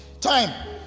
Time